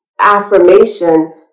affirmation